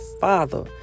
Father